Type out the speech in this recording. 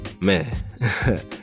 Man